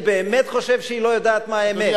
אני באמת חושב שהיא לא יודעת מה האמת?